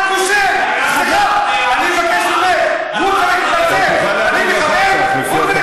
תתפטר, יא כושל.